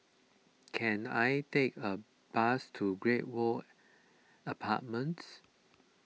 can I take a bus to Great World Apartments